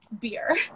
beer